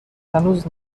هنوز